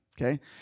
okay